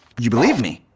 you believe me?